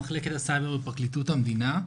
ממחלקת הסייבר בפרקליטות המדינה.